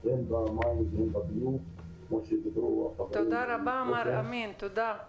הן המים והן הביוב, כמו שדיברו החברים מקודם.